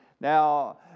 Now